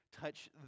touch